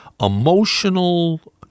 Emotional